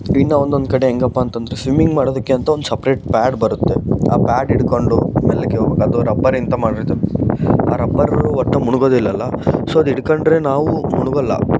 ಇನ್ನೂ ಒಂದೊಂದು ಕಡೆ ಹೆಂಗಪ್ಪ ಅಂತ ಅಂದ್ರೆ ಸ್ವಿಮ್ಮಿಂಗ್ ಮಾಡೋದಕ್ಕೆ ಅಂತ ಒಂದು ಸಪ್ರೇಟ್ ಪ್ಯಾಡ್ ಬರುತ್ತೆ ಆ ಪ್ಯಾಡ್ ಹಿಡ್ಕೊಂಡು ಮೆಲ್ಲಗೆ ಹೋಗ್ಬೇಕು ಅದು ರಬ್ಬರಿಂದ ಮಾಡಿರದು ಆ ರಬ್ಬರೂ ಒಟ್ಟು ಮುಳುಗೋದೆ ಇಲ್ಲಲ್ಲ ಸೊ ಅದು ಹಿಡ್ಕೊಂಡ್ರೆ ನಾವೂ ಮುಳ್ಗೋಲ್ಲ